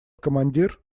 командир